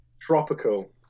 Tropical